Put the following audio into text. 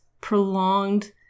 prolonged